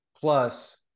plus